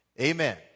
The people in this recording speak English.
Amen